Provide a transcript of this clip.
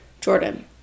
Jordan